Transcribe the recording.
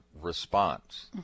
response